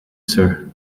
sir